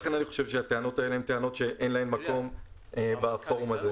לכן אני חושב שהטענות האלה הן טענות שאין להן מקום בפורום הזה.